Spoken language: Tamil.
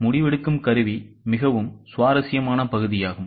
முடிவெடுக்கும் கருவி மிகவும் சுவாரஸ்யமான பகுதியாகும்